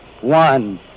one